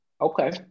Okay